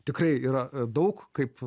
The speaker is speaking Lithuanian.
tikrai yra daug kaip